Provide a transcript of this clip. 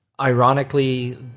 Ironically